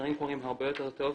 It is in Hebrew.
דברים קורים הרבה יותר טוב,